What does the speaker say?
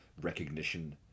recognition